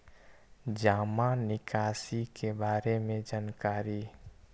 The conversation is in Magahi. जामा निकासी के बारे में जानकारी?